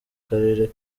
karere